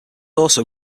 also